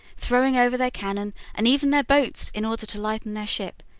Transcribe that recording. throwing over their cannon, and even their boats, in order to lighten their ship,